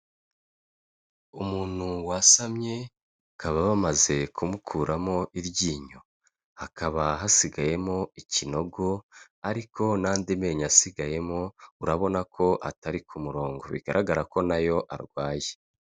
Umuntu wasamye bakaba bamaze kumukuramo iryinyo, hakaba hasigayemo ikinogo ariko n'andi menyo asigayemo urabona ko atari ku murongo, bigaragara ko nayo arwaye.